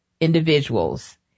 individuals